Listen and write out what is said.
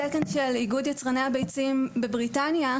התקן של איגוד יצרני הביצים בריטניה,